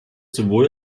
sowohl